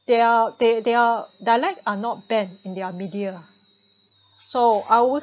their thei~ their dialect are not ban in their media so I would